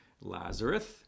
Lazarus